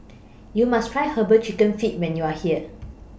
YOU must Try Herbal Chicken Feet when YOU Are here